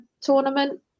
tournament